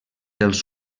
dels